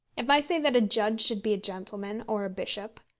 if i say that a judge should be a gentleman, or a bishop,